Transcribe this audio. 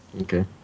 Okay